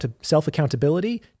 self-accountability